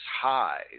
highs